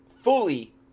fully